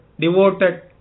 devoted